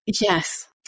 Yes